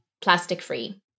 plastic-free